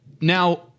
Now